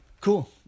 Cool